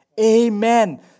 Amen